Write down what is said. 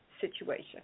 situation